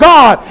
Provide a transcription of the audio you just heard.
God